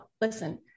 listen